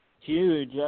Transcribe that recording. huge